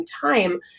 time